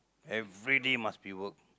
everyday must be work